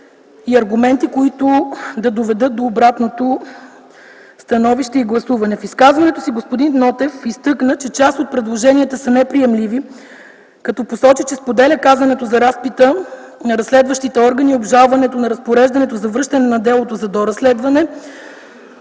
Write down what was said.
и аргументи, които да доведат до обратното становище и гласуване. В изказването си господин Нотев изтъкна, че част от предложенията са неприемливи, като посочи, че споделя казаното за разпита на разследващите органи и обжалването на разпореждането за връщане на делото за доразследване.